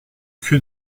que